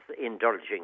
indulging